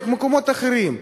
או למקומות אחרים,